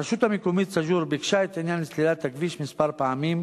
הרשות המקומית סאג'ור ביקשה לסלול את הכביש כמה פעמים,